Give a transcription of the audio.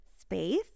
space